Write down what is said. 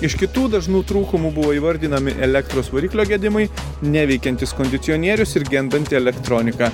iš kitų dažnų trūkumų buvo įvardinami elektros variklio gedimai neveikiantis kondicionierius ir gendanti elektronika